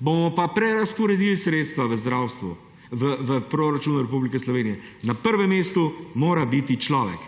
Bomo pa prerazporedili sredstva v proračunu Republike Slovenije. Na prvem mestu mora biti človek